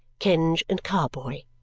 kenge and carboy